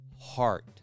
heart